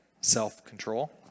Self-control